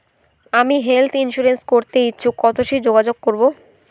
আমি health insurance করতে ইচ্ছুক কথসি যোগাযোগ করবো?